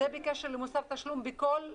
זה בקשר למוסר תשלומים בכל מקום.